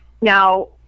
Now